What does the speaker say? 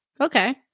Okay